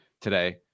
today